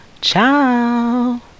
Ciao